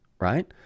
right